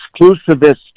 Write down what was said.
exclusivist